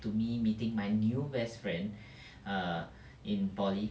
to me meeting my new best friend err in poly